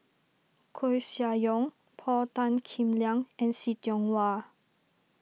Koeh Sia Yong Paul Tan Kim Liang and See Tiong Wah